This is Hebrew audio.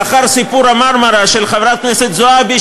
לאחר סיפור ה"מרמרה" של חברת הכנסת זועבי,